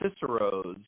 Cicero's